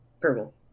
Purple